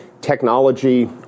Technology